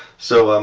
so, um,